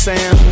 Sam